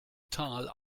tal